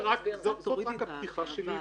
זאת הפתיחה שלי,